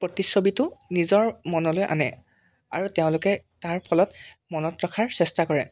প্ৰতিচ্ছবিটো নিজৰ মনলৈ আনে আৰু তেওঁলোকে তাৰ ফলত মনত ৰখাৰ চেষ্টা কৰে